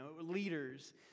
leaders